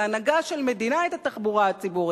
בהנהגה של מדינה את התחבורה הציבורית.